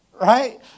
right